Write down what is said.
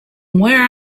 where